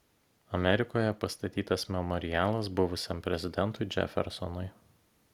amerikoje pastatytas memorialas buvusiam prezidentui džefersonui